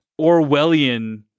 Orwellian